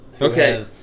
Okay